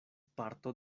parto